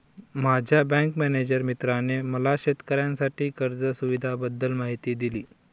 माझ्या bank manager मित्राने मला शेतकऱ्यांसाठी कर्ज सुविधांबद्दल माहिती दिली